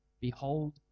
Behold